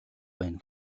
байна